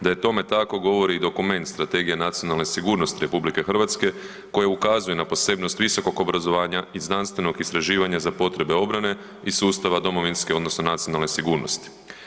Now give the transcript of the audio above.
Da je to tome tako govori i dokument Strategija nacionalne sigurnosti RH koja ukazuje na posebnost visokog obrazovanja i znanstvenog istraživanja za potrebe obrane i sustava domovinske odnosno nacionalne sigurnosti.